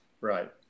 Right